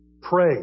pray